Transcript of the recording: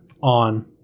on